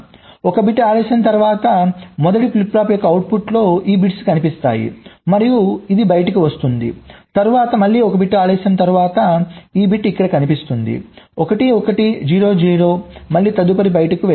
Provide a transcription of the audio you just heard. ఒక బిట్ ఆలస్యం తర్వాత మొదటి ఫ్లిప్ ఫ్లాప్ యొక్క అవుట్పుట్లో ఈ బిట్స్ కనిపిస్తాయి మరియు ఇది బయటకు వస్తుంది తరువాత మళ్ళీ ఒక బిట్ ఆలస్యం తరువాత ఈ బిట్ ఇక్కడ కనిపిస్తుంది 1 1 0 0 మళ్ళీ తదుపరిది బయటకు వెళ్తుంది